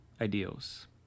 ideals